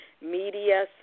media